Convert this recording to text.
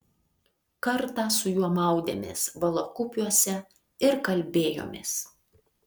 kartą su juo maudėmės valakupiuose ir kalbėjomės